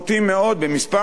בכמה נקודות,